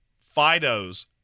Fido's